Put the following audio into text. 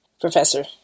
Professor